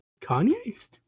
Kanye's